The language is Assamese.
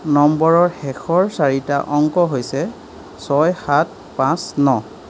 নম্বৰৰ শেষৰ চাৰিটা অংক হৈছে ছয় সাত পাঁচ ন